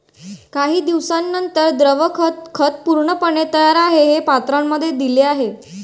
काही दिवसांनंतर, द्रव खत खत पूर्णपणे तयार आहे, जे पत्रांमध्ये दिले आहे